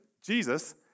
Jesus